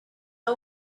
are